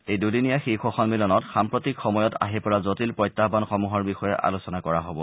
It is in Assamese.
এই দুদিনীয়া শীৰ্ষ সন্মিলনত সাম্প্ৰতিক সময়ত আহি পৰা জটিল প্ৰত্যাহানসমূহৰ বিষয়ে আলোচনা কৰা হ'ব